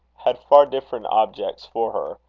had far different objects for her,